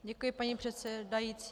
Děkuji, paní předsedající.